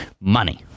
Money